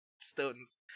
stones